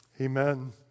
Amen